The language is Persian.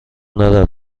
دارد